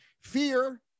fear